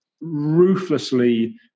ruthlessly